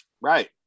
Right